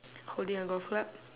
holding a golf club